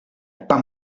pas